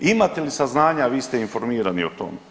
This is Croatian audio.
Imate li saznanja, vi ste informirani o tome?